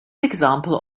example